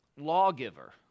lawgiver